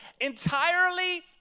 Entirely